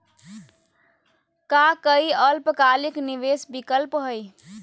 का काई अल्पकालिक निवेस विकल्प हई?